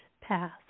path